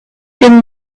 been